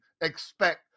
expect